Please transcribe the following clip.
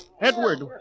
Edward